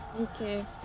Okay